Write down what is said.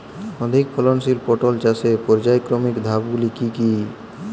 অধিক ফলনশীল পটল চাষের পর্যায়ক্রমিক ধাপগুলি কি কি?